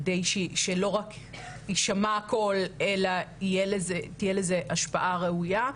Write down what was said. כדי שלא רק יישמע הקול אלא תהיה לזה השפעה ראויה.